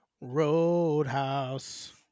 Roadhouse